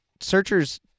searchers